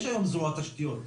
יש היום בפזורה תשתיות,